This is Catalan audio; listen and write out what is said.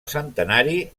centenari